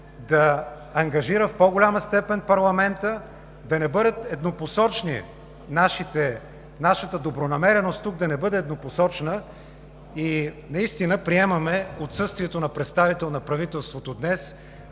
да ангажира в по-голяма степен парламента, нашата добронамереност тук да не бъде еднопосочна. Наистина приемаме отсъствието на представител на правителството днес,